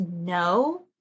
no